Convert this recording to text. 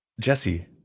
Jesse